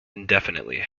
indefinitely